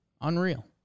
unreal